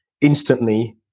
instantly